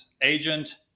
agent